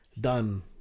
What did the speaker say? done